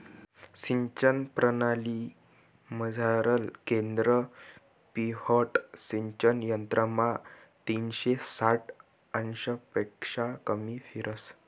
सिंचन परणालीमझारलं केंद्र पिव्होट सिंचन यंत्रमा तीनशे साठ अंशपक्शा कमी फिरस